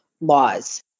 laws